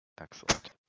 Excellent